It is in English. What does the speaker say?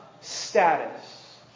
status